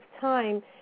time